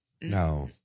No